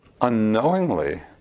unknowingly